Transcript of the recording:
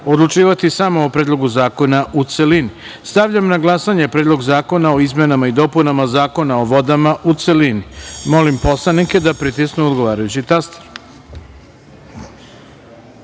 odlučivati samo o Predlogu zakona u celini. Stavljam na glasanje Predlog zakona o izmenama i dopunama Zakona o vodama, u celini. Molim poslanike da pritisnu odgovarajući